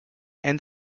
and